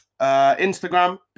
Instagram